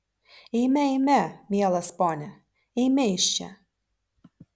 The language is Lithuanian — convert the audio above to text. eime eime mielas pone eime iš čia